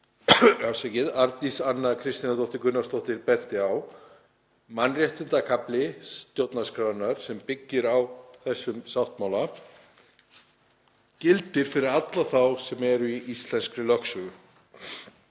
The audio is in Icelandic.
Arndís Anna Kristínardóttir Gunnarsdóttir benti á: Mannréttindakafli stjórnarskrárinnar, sem byggir á þessum sáttmála, gildir fyrir alla þá sem eru í íslenskri lögsögu.